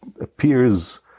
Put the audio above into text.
appears